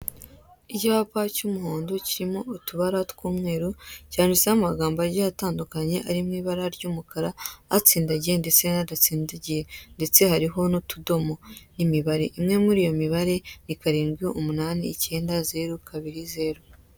Icyapa cy' umuhondo kirimo utubara tw' umweru cyanditseho amagambo agiye atandukanye arimo ibara ry'umukara atsindagiye ndetse n'adatsindagiye ndetse hariho n' utudomo n' imibare. Imwe muri iyo mibare ni karindwi umunani icyenda zeru kabiri zeru.